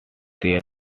their